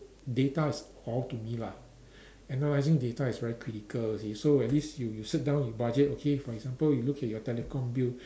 data is all to me lah analysing data is very critical you see so at least you sit down you budget okay for example you look at your telecom bill